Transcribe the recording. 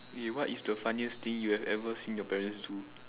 eh what is the funniest thing you have ever seen your parents do